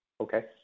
Okay